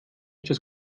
ich